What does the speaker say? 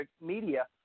media